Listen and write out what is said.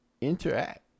interact